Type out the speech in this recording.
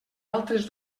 altres